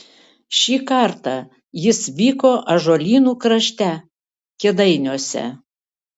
šį kartą jis vyko ąžuolynų krašte kėdainiuose